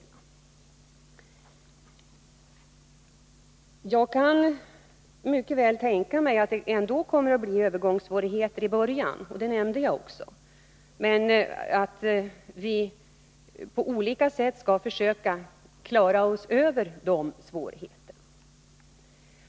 Nu kan jag mycket väl tänka mig att det ändå kommer att bli övergångssvårigheter i början, och det nämnde jag också. Men vi skall på olika sätt försöka klara de svårigheterna.